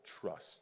trust